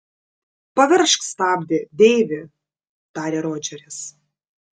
paveržk stabdį deivi tarė rodžeris